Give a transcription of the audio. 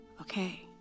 Okay